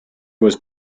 was